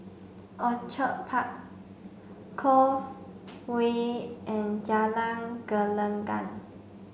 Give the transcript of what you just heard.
Orchid Park Cove Way and Jalan Gelenggang